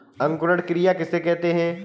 अंकुरण क्रिया किसे कहते हैं?